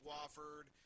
Wofford